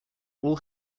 all